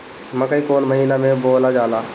मकई कौन महीना मे बोअल जाला?